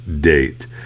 date